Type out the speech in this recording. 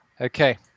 Okay